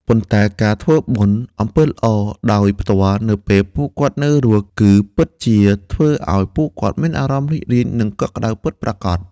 ប៉ុន្តែការធ្វើបុណ្យ (អំពើល្អ) ដោយផ្ទាល់នៅពេលពួកគាត់នៅរស់ គឺពិតជាធ្វើឲ្យពួកគាត់មានអារម្មណ៍រីករាយ និងកក់ក្តៅពិតប្រាកដ។